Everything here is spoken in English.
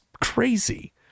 crazy